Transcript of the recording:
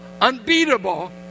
unbeatable